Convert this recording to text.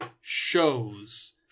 shows